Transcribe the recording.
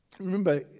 remember